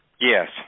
yes